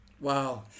wow